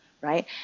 right